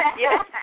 Yes